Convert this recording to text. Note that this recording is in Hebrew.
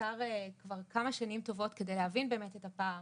המחקר שלנו נערך כבר כמה שנים טובות על מנת להבין באמת את הפער